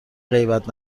غیبت